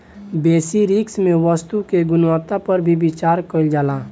बेसि रिस्क में वस्तु के गुणवत्ता पर भी विचार कईल जाला